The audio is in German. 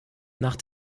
nach